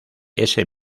ese